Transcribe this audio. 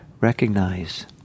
recognize